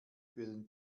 für